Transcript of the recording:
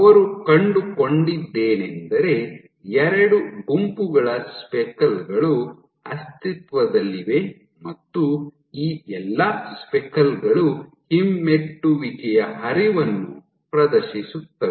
ಅವರು ಕಂಡುಕೊಂಡದ್ದೇನೆಂದರೆ ಎರಡು ಗುಂಪುಗಳ ಸ್ಪೆಕಲ್ ಗಳು ಅಸ್ತಿತ್ವದಲ್ಲಿವೆ ಮತ್ತು ಈ ಎಲ್ಲಾ ಸ್ಪೆಕಲ್ ಗಳು ಹಿಮ್ಮೆಟ್ಟುವಿಕೆಯ ಹರಿವನ್ನು ಪ್ರದರ್ಶಿಸುತ್ತವೆ